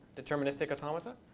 deterministic automata?